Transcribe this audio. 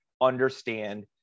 understand